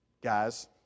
guys